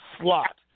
slot